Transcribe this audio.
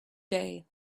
day